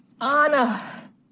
Anna